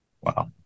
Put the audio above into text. Wow